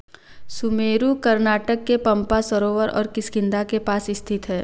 सुमेरु कर्नाटक के पम्पा सरोवर और किष्किंधा के पास स्थित है